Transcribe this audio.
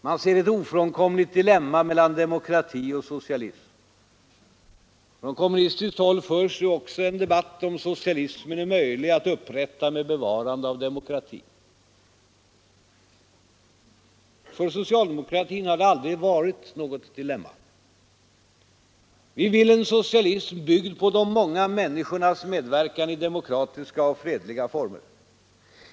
Man ser ett ofrånkomligt dilemma mellan demokrati och socialism. Från kommunistiskt håll förs också en debatt om huruvida socialismen är möjlig att upprätta med bevarande av demokratin. För socialdemokratin har det aldrig varit något dilemma. Vi vill en socialism byggd på de många människornas medverkan i demokratiska och fredliga former.